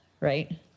right